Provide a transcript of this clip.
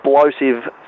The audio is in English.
explosive